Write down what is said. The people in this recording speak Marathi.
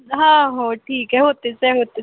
हा हो ठीक आहे हो तेच आहे हो ते